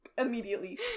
immediately